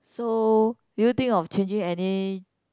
so do you think of changing any